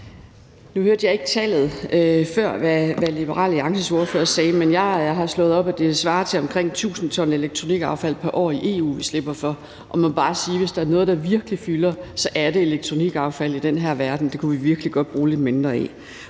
Nu hørte jeg ikke tallet før, som Liberal Alliances ordfører nævnte, men jeg har slået op, at det svarer til, at det er omkring 1.000 t elektronikaffald pr. år i EU, vi slipper for, og jeg må bare sige, at hvis der er noget, der virkelig fylder i den her verden, så er det elektronikaffald. Det kunne vi virkelig godt bruge lidt mindre af.